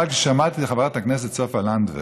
אבל כששמעתי את חברת הכנסת סופה לנדבר